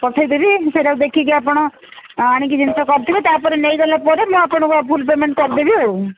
ପଠେଇଦେବି ସେଇଟାକୁ ଦେଖିକି ଆପଣ ଆଣିକି ଜିନିଷ କରିଥିବେ ତାପରେ ନେଇଗଲା ପରେ ମୁଁ ଆପଣଙ୍କୁ ଆଉ ଫୁଲ୍ ପେମେଣ୍ଟ୍ କରିଦେବି ଆଉ